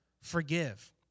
forgive